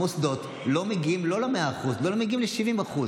המוסדות לא מגיעים לא ל-100% לא מגיעים ל-70%.